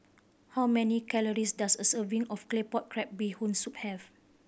how many calories does a serving of Claypot Crab Bee Hoon Soup have